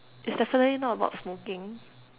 it's definitely not about smoking